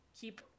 keep